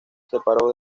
separó